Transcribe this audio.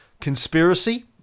conspiracy